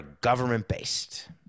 government-based